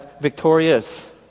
victorious